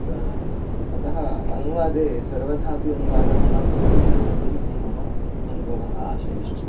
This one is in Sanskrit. अतः अनुवादे सर्वथा अपि अनुवादः न भवितुम् अर्हति इति मम अनुभवः आशयश्च